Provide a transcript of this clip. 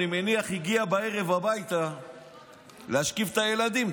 הגיע בערב הביתה להשכיב את הילדים,